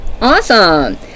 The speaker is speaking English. Awesome